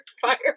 fire